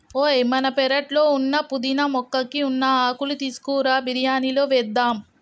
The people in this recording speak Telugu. ఓయ్ మన పెరట్లో ఉన్న పుదీనా మొక్కకి ఉన్న ఆకులు తీసుకురా బిరియానిలో వేద్దాం